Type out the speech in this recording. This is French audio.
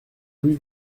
rue